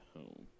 home